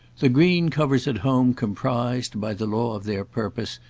the green covers at home comprised, by the law of their purpose,